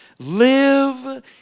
Live